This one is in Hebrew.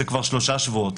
זה כבר שלושה שבועות.